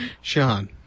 Sean